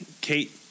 Kate